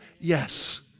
Yes